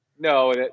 No